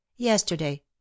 Yesterday